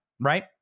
right